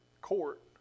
court